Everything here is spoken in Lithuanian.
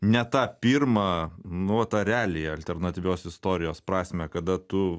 ne tą pirmą nu va tą realiai alternatyvios istorijos prasmę kada tu